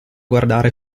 guardare